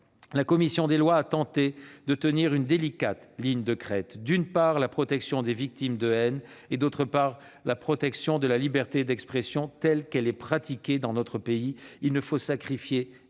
la commission des lois a tenté de tenir une délicate ligne de crête entre, d'une part, la protection des victimes de haine et, d'autre part, la protection de la liberté d'expression telle qu'elle est pratiquée dans notre pays- il ne faut sacrifier ni